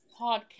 podcast